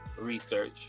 research